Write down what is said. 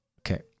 Okay